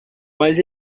mas